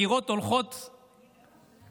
הקירות הולכים ונסגרים.